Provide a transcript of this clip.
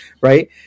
right